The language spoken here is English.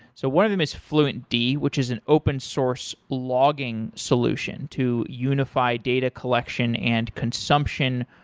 so one of them is fluent d, which is an open-source logging solution to unify data collection and consumption.